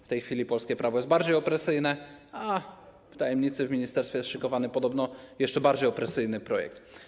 W tej chwili polskie prawo jest bardziej opresyjne, a w tajemnicy w ministerstwie jest szykowany podobno jeszcze bardziej opresyjny projekt.